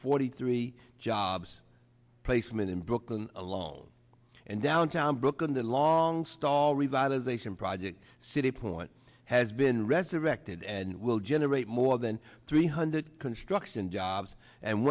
forty three jobs placement in brooklyn along and downtown brooklyn the long stall revitalization project city point has been resurrected and will generate more than three hundred construction jobs and